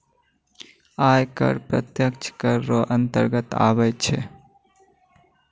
आय कर प्रत्यक्ष कर रो अंतर्गत आबै छै